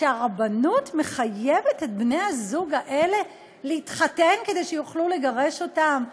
שהרבנות מחייבת את בני הזוג האלה להתחתן כדי שיוכלו לגרש אותם?